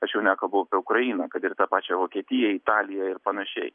aš jau nekalbu apie ukrainą kad ir tą pačią vokietiją italiją ir panašiai